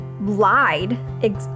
lied